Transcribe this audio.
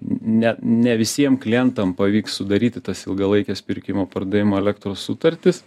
ne ne visiem klientam pavyks sudaryti tas ilgalaikes pirkimo pardavimo elektros sutartis